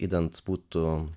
idant būtų